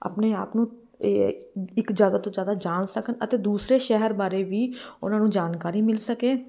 ਆਪਣੇ ਆਪ ਨੂੰ ਇਹ ਇੱਕ ਜ਼ਿਆਦਾ ਤੋਂ ਜ਼ਿਆਦਾ ਜਾਣ ਸਕਣ ਅਤੇ ਦੂਸਰੇ ਸ਼ਹਿਰ ਬਾਰੇ ਵੀ ਉਹਨਾਂ ਨੂੰ ਜਾਣਕਾਰੀ ਮਿਲ ਸਕੇ